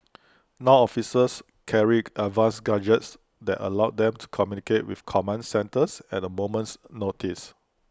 now officers carry advanced gadgets that allow them to communicate with command centres at A moment's notice